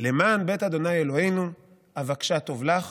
למען בית ה' אלֹהינו אבקשה טוב לך".